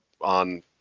on